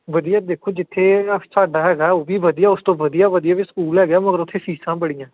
ਵਧੀਆ ਦੇਖੋ ਜਿੱਥੇ ਸਾਡਾ ਹੈਗਾ ਉਹ ਵੀ ਵਧੀਆ ਉਸ ਤੋਂ ਵਧੀਆ ਵਧੀਆ ਵੀ ਸਕੂਲ ਹੈਗਾ ਮਗਰ ਉੱਥੇ ਫੀਸਾਂ ਬੜੀਆਂ